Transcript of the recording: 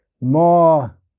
More